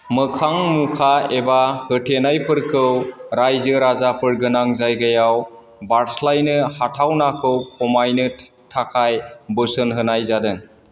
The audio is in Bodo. मोखां मुखा एबा होथेनायफोरखौ रायजो राजाफोर गोनां जायगायाव बारस्लायनो हाथावनाखौ खमायनो थाखाय बोसोन होनाय जादों